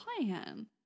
plan